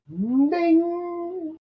Ding